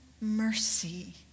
mercy